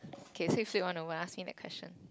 okay so flip that one over ah ask me that question